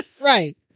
Right